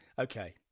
okay